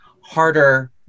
harder